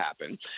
happen